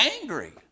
angry